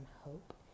hope